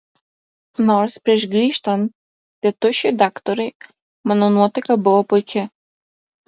nors prieš grįžtant tėtušiui daktarui mano nuotaika buvo puiki